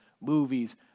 movies